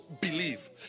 believe